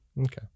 Okay